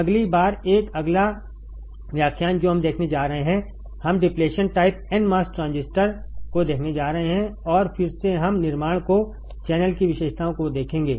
अगली बार एक अगला व्याख्यान जो हम देखने जा रहे हैं हम depletion type n MOS transistor को देखने जा रहे हैं और फिर से हम निर्माण को चैनल की विशेषताओं को देखेंगे